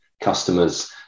customers